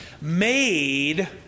made